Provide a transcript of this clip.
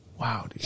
Wow